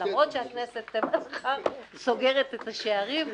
למרות שהכנסת מחר סוגרת את השערים.